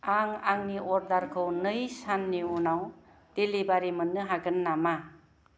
आं आंनि अर्डारखौ नै सान नि उनाव डेलिबारि मोन्नो हागोन नामा